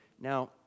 Now